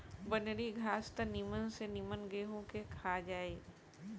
बनरी घास त निमन से निमन गेंहू के खा जाई